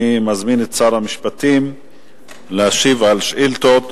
אני מזמין את שר המשפטים להשיב על שאילתות.